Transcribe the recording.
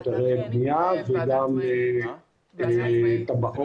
היתרי בנייה וגם תב"עות.